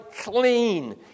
clean